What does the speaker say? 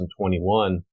2021